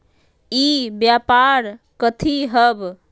ई व्यापार कथी हव?